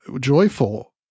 joyful